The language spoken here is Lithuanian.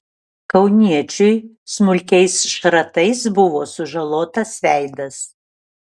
kauniečiui smulkiais šratais buvo sužalotas veidas